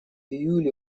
июле